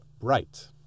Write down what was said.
bright